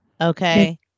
okay